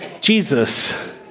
Jesus